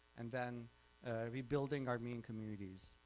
and then rebuilding armenian communities